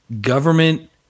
government